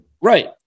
right